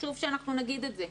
חשוב שאנחנו נגיד את זה.